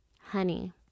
Honey